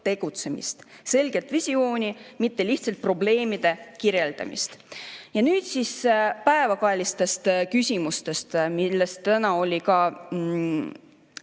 tegutsemist, selget visiooni, mitte lihtsalt probleemide kirjeldamist. Ja nüüd siis päevakajalistest küsimustest, millest täna oli ka